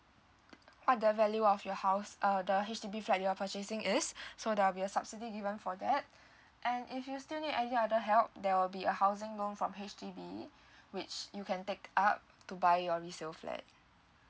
what the value of your house err the H_D_B flat you're purchasing is so there'll be a subsidy given for that and if you still need any other help there will be a housing loan from H_D_B which you can take up to buy your resale flat